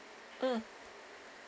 mm